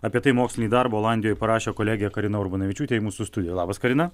apie tai mokslinį darbą olandijoj parašė kolegė karina urbonavičiūtė ji mūsų studijoj labas karina